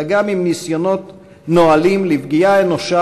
אלא גם עם ניסיונות נואלים לפגוע פגיעה אנושה